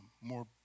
more